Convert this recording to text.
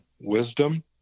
wisdom